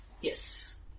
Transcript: Yes